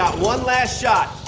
one last shot.